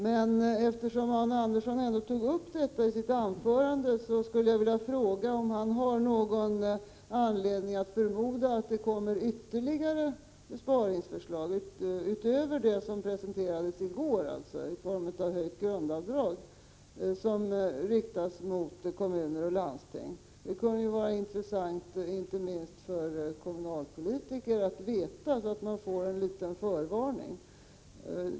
Men eftersom Arne Andersson ändå tog upp detta i sitt anförande skulle jag vilja fråga om han har någon anledning att förmoda att det utöver vad som presenterades i går i form av höjt grundavdrag kommer ytterligare besparingsförslag riktade mot kommuner och landsting. Det kunde vara intressant, inte minst för kommunalpolitiker, att få en liten förvarning om det.